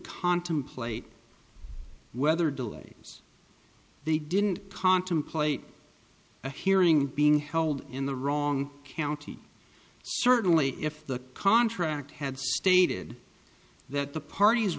contemplate weather delays they didn't contemplate a hearing being held in the wrong county certainly if the contract had stated that the parties